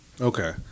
Okay